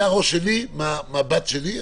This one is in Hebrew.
זה מהמבט שלי.